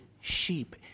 sheep